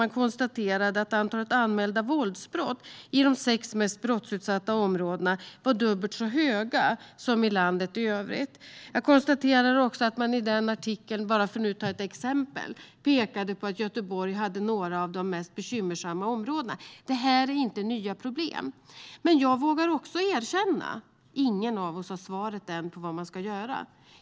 Man konstaterade i artikeln att antalet anmälda våldsbrott i de sex mest brottsutsatta områdena var dubbelt så stort som i landet i övrigt. Jag konstaterar också att man i den artikeln - för att ta ett exempel - pekade på att några av de mest bekymmersamma områdena låg i Göteborg. Det här är inte nya problem. Men jag vågar också erkänna att ingen av oss har svaret på frågan om vad som ska göras.